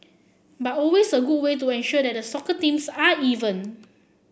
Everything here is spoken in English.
but always a good way to ensure that the soccer teams are even